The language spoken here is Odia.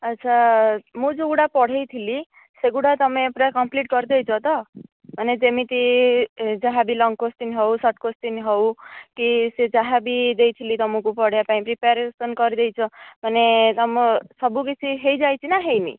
ଆଚ୍ଛା ମୁଁ ଯେଉଁ ଗୁଡ଼ା ପଢ଼ାଇଥିଲି ସେଗୁଡ଼ା ତମେ ପୁରା କମ୍ପ୍ଲିଟ କରି ଦେଇଛ ତ ମାନେ ଯେମିତି ଯାହା ବି ଲଙ୍ଗ କ୍ୱାସ୍ଚିନ ହେଉ ସର୍ଟ କ୍ୱାସ୍ଚିନ ହେଉ କି ସେ ଯାହା ବି ଦେଇଥିଲି ତମକୁ ପଢ଼ିବା ପାଇଁ ପ୍ରିପାରେସନ କରି ଦେଇଛ ମାନେ ତମ ସବୁ କିଛି ହୋଇ ଯାଇଛି ନା ହୋଇନି